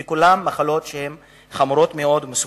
כולן מחלות חמורות מאוד ומסוכנות.